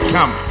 Come